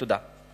תודה.